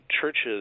churches